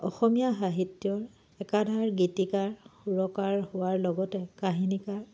অসমীয়া সাহিত্যৰ একাধাৰে গীতিকাৰ সুৰকাৰ হোৱাৰ লগতে কাহিনীকাৰ